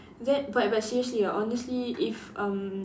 that but but seriously ah honestly if um